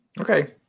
Okay